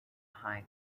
hide